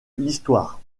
l’histoire